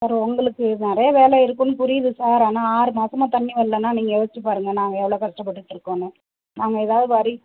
sir உங்களுக்கு நிறையா வேலை இருக்குதுன்னு புரியுது சார் ஆனால் ஆறு மாதமா தண்ணி வரலைனா நீங்கள் யோசித்து பாருங்க நாங்கள் எவ்வளோ கஷ்டப்பட்டுட்டு இருக்கோன்னு நாங்கள் ஏதாவது வரி